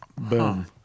Boom